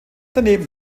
daneben